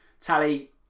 tally